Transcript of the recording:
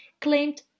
claimed